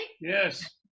Yes